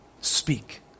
Speak